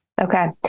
Okay